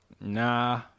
Nah